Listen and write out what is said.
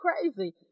crazy